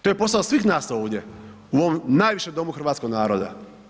To je posao svih nas ovdje u ovom najvišem domu hrvatskog naroda.